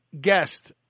guest